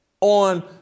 on